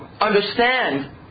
understand